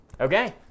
Okay